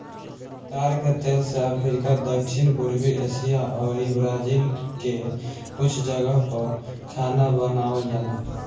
ताड़ के तेल से अफ्रीका, दक्षिण पूर्व एशिया अउरी ब्राजील के कुछ जगह पअ खाना बनावल जाला